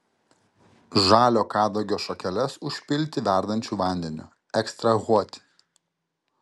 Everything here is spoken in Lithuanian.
žalio kadagio šakeles užpilti verdančiu vandeniu ekstrahuoti